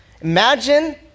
Imagine